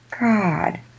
God